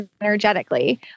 energetically